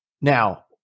Now